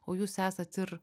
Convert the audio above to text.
o jūs esat ir